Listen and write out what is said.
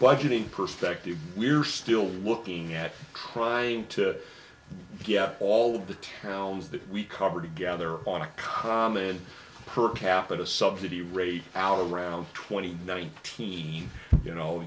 budget in perspective we're still looking at trying to get all the towns that we cover together on a common per capita subsidy rate allaround twenty nineteen you know